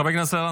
חברי הכנסת,